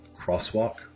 crosswalk